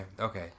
okay